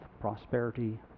prosperity